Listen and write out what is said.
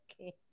Okay